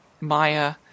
Maya